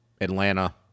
Atlanta